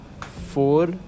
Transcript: Four